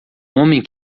homem